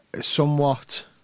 somewhat